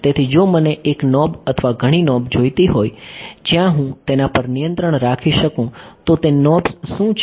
તેથી જો મને એક નોબ અથવા ઘણી નોબ જોઈતી હોય જ્યાં હું તેના પર નિયંત્રણ રાખી શકું તો તે નોબ્સ શું છે